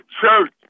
church